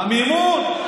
עמימות.